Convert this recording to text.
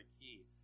key